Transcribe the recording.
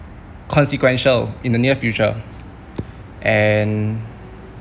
consequential in the near future and